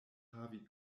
havi